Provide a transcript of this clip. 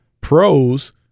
pros